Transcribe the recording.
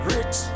Rich